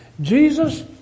Jesus